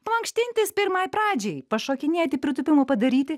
mankštintis pirmai pradžiai pašokinėti pritūpimų padaryti